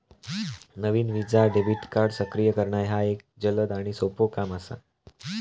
नवीन Visa debit card सक्रिय करणा ह्या एक जलद आणि सोपो काम असा